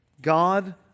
God